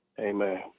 Amen